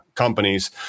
companies